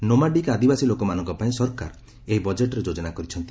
nomadic ଆଦିବାସୀ ଲୋକମାନଙ୍କ ପାଇଁ ସରକାର ଏହି ବଜେଟ୍ରେ ଯୋଜନା କରିଛନ୍ତି